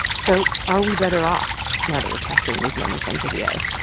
so are we better off now that we're capturing these moments on video?